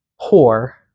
poor